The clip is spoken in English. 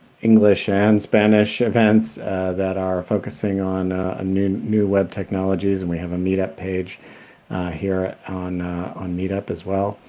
english and spanish events that are focusing on ah new new web technologies, and we have a meet-up page here on on meetup as well.